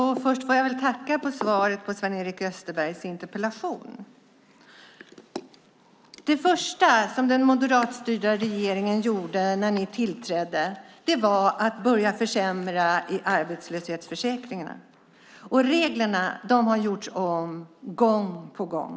Herr talman! Jag tackar för svaret på Sven-Erik Österbergs interpellation. Det första som den moderatstyrda regeringen gjorde när den tillträdde var att börja försämra i arbetslöshetsförsäkringarna. Reglerna har gjorts om gång på gång.